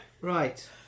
Right